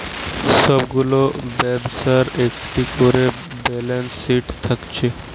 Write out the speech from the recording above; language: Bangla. সব গুলা ব্যবসার একটা কোরে ব্যালান্স শিট থাকছে